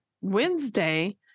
wednesday